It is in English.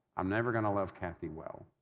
i'm never going to love kathy well.